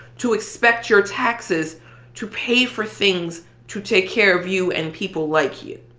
to expect your taxes to pay for things to take care of you and people like you.